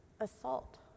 assault